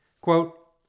Quote